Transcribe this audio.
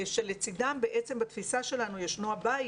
כשלצדם בתפיסה שלנו ישנו הבית,